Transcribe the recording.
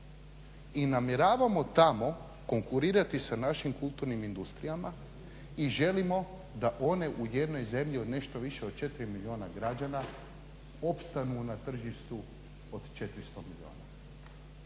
i namjeravamo tamo konkurirati sa našim kulturnim industrijama i želimo da one u jednoj zemlji od nešto više od 4 milijuna građana opstanu na tržištu od 400 milijuna.